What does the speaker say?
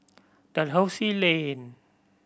Dalhousie Lane